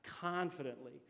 confidently